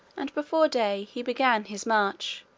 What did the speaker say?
and before day he began his march,